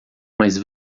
mais